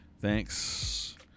Thanks